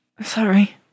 Sorry